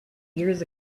years